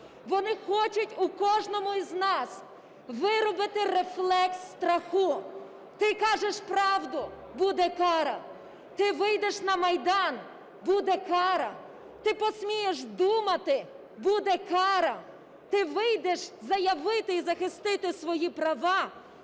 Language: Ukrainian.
вони хочуть у кожному із нас виробити рефлекс страху. Ти кажеш правду – буде кара. Ти вийдеш на Майдан – буде кара. Ти посмієш думати – буде кара. Ти вийдеш заявити і захистити свої права